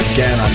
Again